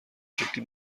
شکلی